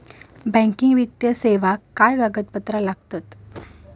Banking वित्तीय सेवाक काय कागदपत्र लागतत?